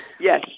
Yes